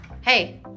Hey